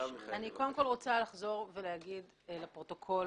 קודם כול אני רוצה לחזור ולהגיד לפרוטוקול